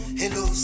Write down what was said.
hello